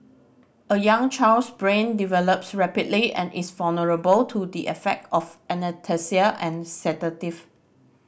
a young child's brain develops rapidly and is vulnerable to the effect of anaesthesia and sedative